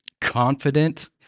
confident